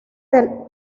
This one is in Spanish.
del